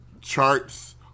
charts